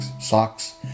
socks